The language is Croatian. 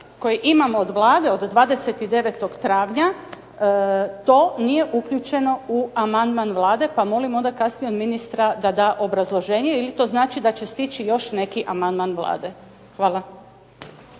koji imamo od Vlade od 29. travnja to nije uključeno u amandman Vlade pa molim onda kasnije od ministra da da obrazloženje ili to znači da će stići još neki amandman Vlade. Hvala.